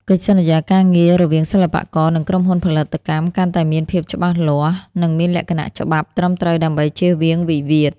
កិច្ចសន្យាការងាររវាងសិល្បករ និងក្រុមហ៊ុនផលិតកម្ម កាន់តែមានភាពច្បាស់លាស់ និងមានលក្ខណៈច្បាប់ត្រឹមត្រូវដើម្បីចៀសវាងវិវាទ។